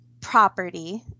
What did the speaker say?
property